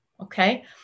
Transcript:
Okay